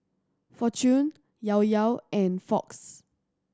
Fortune Llao Llao and Fox